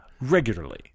Regularly